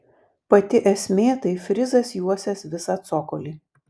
pati esmė tai frizas juosęs visą cokolį